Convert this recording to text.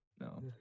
No